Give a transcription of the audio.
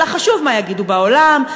אלא חשוב מה יגידו בעולם,